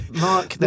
Mark